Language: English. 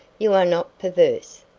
you are not perverse.